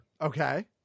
Okay